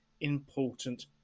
important